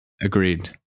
Agreed